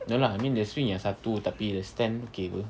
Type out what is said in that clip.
no lah I mean the swing yang satu tapi the stand okay [pe]